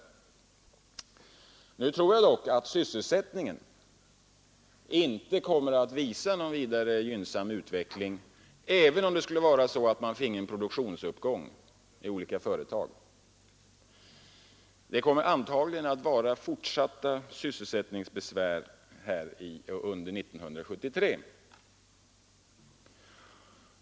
Jag tror dock inte att sysselsättningen kommer att visa någon gynnsam utveckling, även om vi skulle få en produktionsuppgång i olika företag. Det kommer antagligen att vara fortsatta sysselsättningssvårigheter även under 1973.